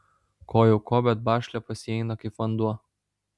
ko jau ko bet bašlia pas jį eina kaip vanduo